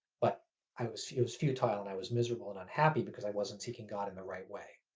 but i was, it was futile and i was miserable and unhappy, because i wasn't seeking god in the right way.